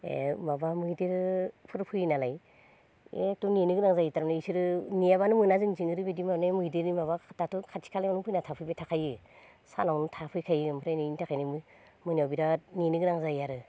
ए माबा मैदेरफोर फैयो नालाय एखदम नेनो गोनां जायो थारमाने इसोरो नेयाब्लानो मोना जोंनिथिं ओरैबायदि माने मैदेरनि माबाफ्राथ' दाथ' खाथि खालायावनो फैना थाफैबाय थाखायो सानावनो थाफै खायो ओमफ्राय बिनि थाखायनो मोनायाव बिराद नेनो गोनां जायो आरो